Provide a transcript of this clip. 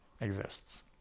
exists